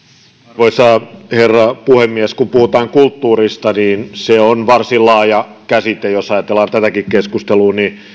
arvoisa herra puhemies kun puhutaan kulttuurista niin se on varsin laaja käsite jos ajatellaan tätäkin keskustelua niin